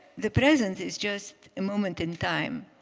the present is just a moment in time.